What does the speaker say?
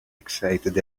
excited